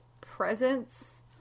presence